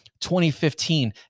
2015